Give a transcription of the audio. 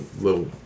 little